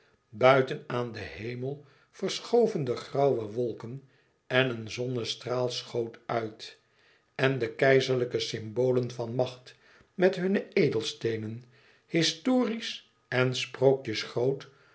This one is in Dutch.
buiten aan den hemel verschoven de grauwe wolken en een zonnestraal schoot uit en de keizerlijke symbolen van macht met hunne edelsteenen historisch en